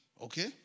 Okay